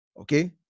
okay